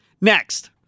Next